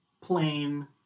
plain